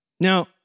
Now